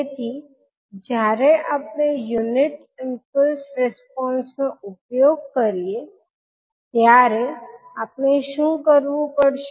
તેથી જ્યારે આપણે યુનિટ ઈમ્પલ્સ રિસ્પોન્સ નો ઉપયોગ કરીએ ત્યારે આપણે શુ કારવુ પડશે